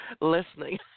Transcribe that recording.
listening